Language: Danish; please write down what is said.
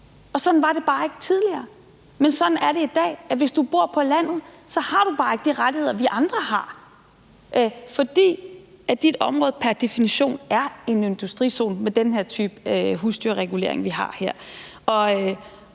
Sådan var det bare ikke tidligere, men sådan er det i dag. Hvis du bor på landet, har du bare ikke de rettigheder, vi andre har, fordi dit område pr. definition er en industrizone med den type husdyrregulering, vi har her.